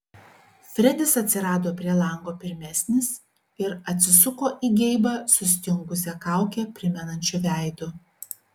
fredis atsirado prie lango pirmesnis ir atsisuko į geibą sustingusią kaukę primenančiu veidu